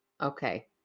Okay